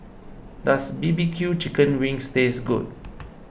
does BBQ Chicken Wings taste good